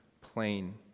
plain